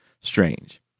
strange